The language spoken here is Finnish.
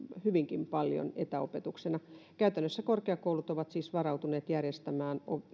hyvinkin paljon etäopetuksena käytännössä korkeakoulut ovat siis varautuneet järjestämään